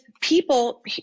people